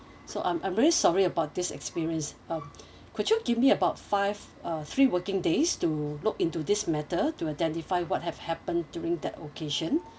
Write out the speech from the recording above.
so I'm I'm really sorry about this experience uh could you give me about five uh three working days to look into this matter to identify what have happened during that occasion